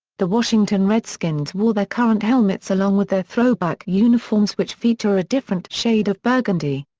the washington redskins wore their current helmets along with their throwback uniforms which feature a different shade of burgundy.